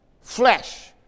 flesh